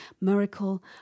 miracle